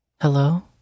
Hello